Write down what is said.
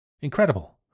Incredible